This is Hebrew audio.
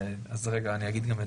אז רגע אני אגיד גם את